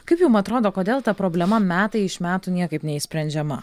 kaip jum atrodo kodėl ta problema metai iš metų niekaip neišsprendžiama